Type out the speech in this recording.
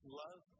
love